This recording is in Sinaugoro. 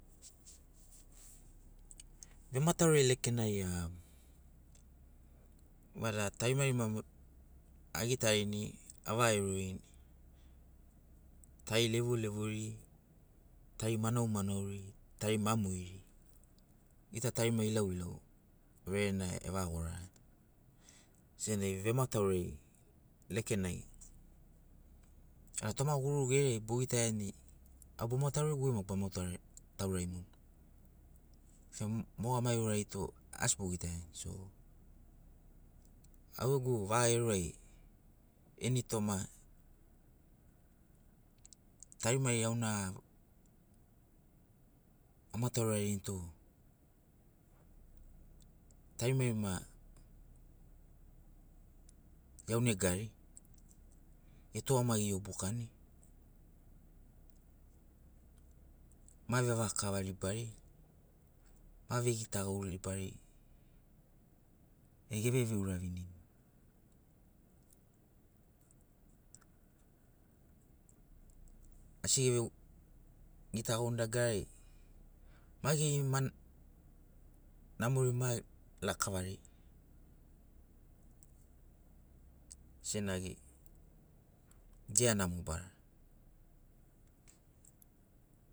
Vemataurai lekenai a vada tarimarima mogo agitarini avaga aerorini tari leivo leivori tari manau manauri tari mamoe gita atrima ilauilau verena evaga gorarani senagi vemataurai lekenai a toma guru geriai bogitaiani au bomatauraigu goi maki ba matauraimuni sena moga mai orai tu asi bogitaiani so au gegu va aeroai. initoma tarimarina auna amatauraini tu tarimarima iaunegari ge tugamagi iobukani ma vevaga kava libari. ma vegutau libari e geve veuravinini. Asi geve gitagauni. dagarari ma gima namori ma lakavari senagi dia namo bara.